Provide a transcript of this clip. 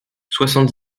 soixante